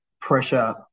pressure